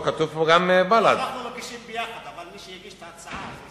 אבל כתוב פה גם סיעת בל"ד.